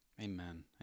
Amen